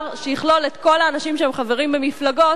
שיכלול את כל האנשים שהם חברים במפלגות,